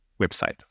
website